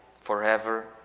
forever